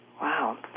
Wow